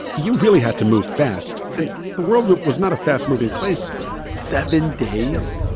you really have to move fast, and the world loop was not a fast-moving place seven days?